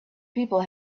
people